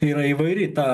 yra įvairi ta